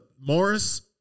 Morris